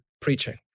preaching